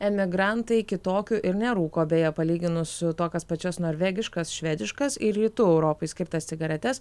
emigrantai kitokių ir nerūko beje palyginus tokias pačias norvegiškas švediškas ir rytų europai skirtas cigaretes